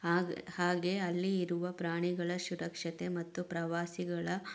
ಆಗ್ ಹಾಗೆ ಅಲ್ಲಿ ಇರುವ ಪ್ರಾಣಿಗಳ ಸುರಕ್ಷತೆ ಮತ್ತು ಪ್ರವಾಸಿಗಳ